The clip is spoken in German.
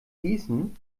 gießen